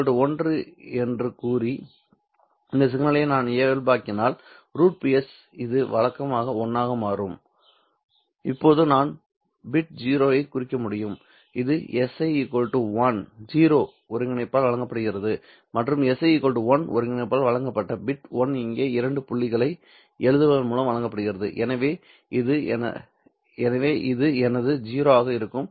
Ps 1 என்று கூறி இந்த சிக்னல்களை நான் இயல்பாக்கினால்√Ps இது 1 ஆக மாறும் இப்போது நான் பிட் 0 ஐ குறிக்க முடியும்இது SI 0 ஒருங்கிணைப்பால் வழங்கப்படுகிறது மற்றும் SI 1 ஒருங்கிணைப்பால் வழங்கப்பட்ட பிட் 1 இங்கே இரண்டு புள்ளிகளை எழுதுவதன் மூலம் வழங்கப்படுகிறது எனவே இது எனது 0 ஆக இருக்கும் இது எனது பிட் 1 ஆக இருக்கும்